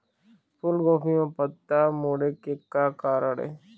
फूलगोभी म पत्ता मुड़े के का कारण ये?